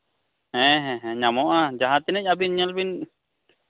ᱦᱮᱸ ᱦᱮᱸ ᱦᱮᱸ ᱧᱟᱢᱚᱜᱼᱟ ᱡᱟᱦᱟᱸᱛᱤᱱᱟᱹᱜ ᱟ ᱵᱤᱱ ᱧᱮᱞ ᱵᱤᱱ